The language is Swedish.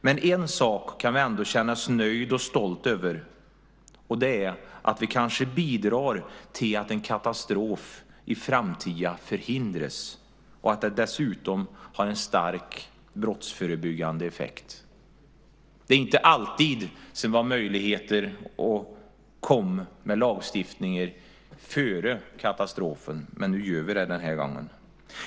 Men en sak kan vi känna oss nöjda och stolta över, och det är att vi kanske bidrar till att en katastrof förhindras i framtiden och att det dessutom har en starkt brottsförebyggande effekt. Det är inte alltid som vi har möjligheter att komma med lagstiftning före katastrofer, men nu gör vi det den här gången.